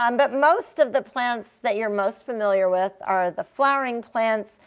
um but most of the plants that you're most familiar with are the flowering plants,